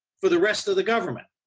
for the rest of the government,